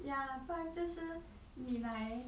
ya 不然就是你来